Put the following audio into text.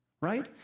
Right